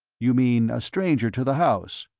you mean a stranger to the house?